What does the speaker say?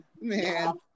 man